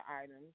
items